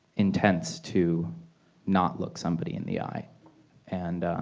intense to not look somebody in the eye and